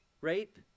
rape